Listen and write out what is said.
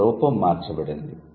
దాని రూపం మార్చబడింది